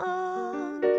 on